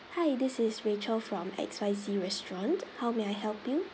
hi this is rachel from X Y Z restaurant how may I help you